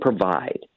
provide